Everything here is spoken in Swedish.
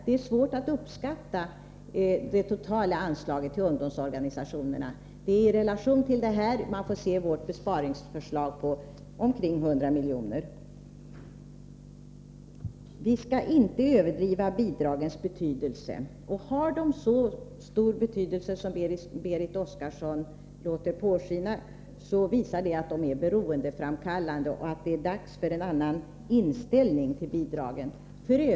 Det är svårt att uppskatta de totala anslagen till ungdomsorganisationerna. Det är i relation till detta som man får se vårt besparingsförslag på omkring 100 milj.kr. Vi skall inte överdriva bidragens betydelse. Har de så stor betydelse som Berit Oscarsson låter påskina, visar det att de är beroendeframkallande och att det är dags för en annan inställning till bidragen.